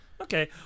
Okay